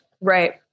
right